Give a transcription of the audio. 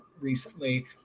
recently